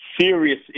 serious